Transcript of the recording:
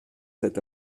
cet